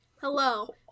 hello